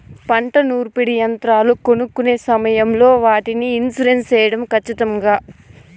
పంట నూర్పిడి యంత్రాలు కొనుక్కొనే సమయం లో వాటికి ఇన్సూరెన్సు సేయడం ఖచ్చితంగా?